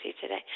today